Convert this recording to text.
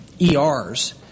ERs